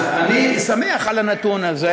אז אני שמח על הנתון הזה,